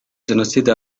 jenoside